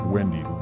Wendy